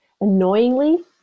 annoyingly